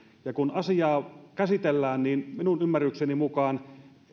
ja kun asiaa käsitellään niin minun ymmärrykseni mukaan